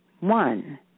one